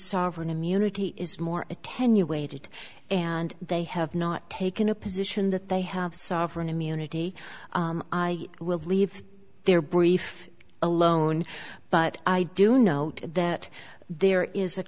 sovereign immunity is more attenuated and they have not taken a position that they have sovereign immunity i will leave their brief alone but i do note that there is a